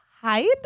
hide